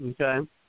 okay